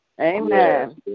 Amen